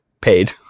paid